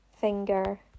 finger